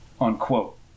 unquote